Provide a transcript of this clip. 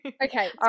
Okay